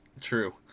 True